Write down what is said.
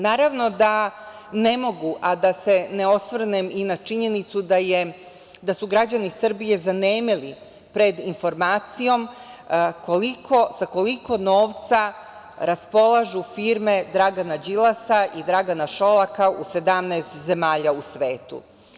Naravno da ne mogu, a da se ne osvrnem i na činjenicu da su građani Srbije zanemeli pred informacijom sa koliko novca raspolažu firme Dragana Đilasa i Dragana Šolaka u 17 zemalja u svetu.